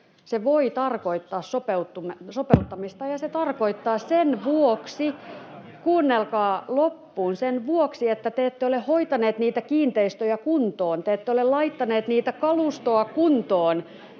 Se voi tarkoittaa sopeuttamista, ja se tarkoittaa sitä sen vuoksi — kuunnelkaa loppuun — että te ette ole hoitaneet niitä kiinteistöjä kuntoon ja te ette ole laittaneet sitä kalustoa kuntoon.